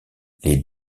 les